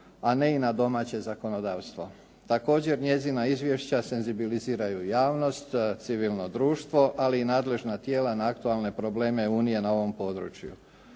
a ne i na domaće zakonodavstvo. Također njezina izvješća senzibiliziraju javnost, civilno društvo, ali i nadležna tijela na aktualne probleme Unije na ovom području.